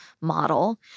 model